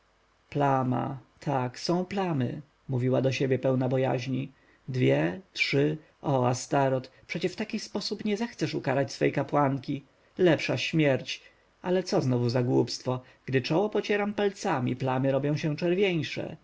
plama tak są plamy mówiła do siebie pełna bojaźni dwie trzy o astoreth przecie w taki sposób nie zechcesz ukarać swej kapłanki lepsza śmierć ale co znowu za głupstwo gdy czoło pocieram palcami plamy robią się czerwieńsze